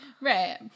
Right